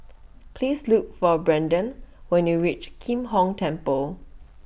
Please Look For Braiden when YOU REACH Kim Hong Temple